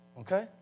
okay